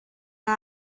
mae